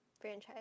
franchise